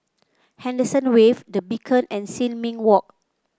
Henderson Wave The Beacon and Sin Ming Walk